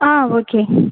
ஆ okay